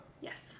yes